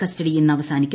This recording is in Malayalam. കസ്റ്റഡി ഇന്ന് അവസാനിക്കും